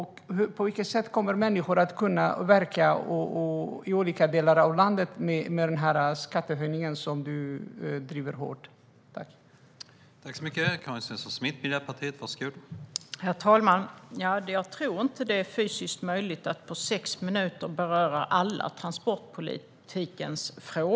Hur kommer dessa människor att kunna verka i olika delar av landet med denna skattehöjning som du driver så hårt, Karin?